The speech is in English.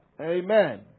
Amen